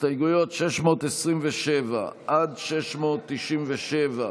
הסתייגויות 627 697,